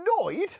annoyed